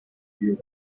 پریود